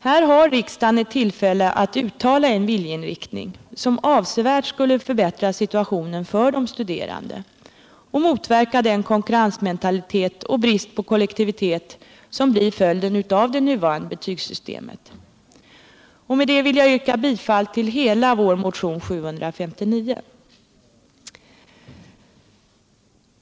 Här har riksdagen ett tillfälle att uttala en viljeinriktning, som avsevärt skulle förbättra situationen för de studerande och motverka den konkurrensmentalitet och brist på kollektivitet som blir följden av det nuvarande betygssystemet. Med detta vill jag yrka bifall till hela vår motion 759.